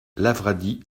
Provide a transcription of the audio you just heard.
lavradi